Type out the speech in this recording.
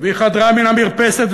והיא חדרה מן המרפסת,